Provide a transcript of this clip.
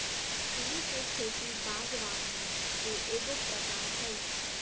फूल के खेती बागवानी के एगो प्रकार हइ